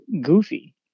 goofy